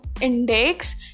index